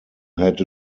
had